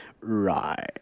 Right